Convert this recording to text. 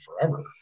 forever